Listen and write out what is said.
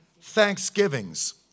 Thanksgivings